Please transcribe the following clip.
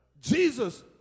Jesus